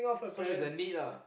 so she's in need ah